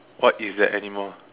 what is that animal